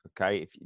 okay